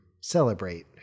celebrate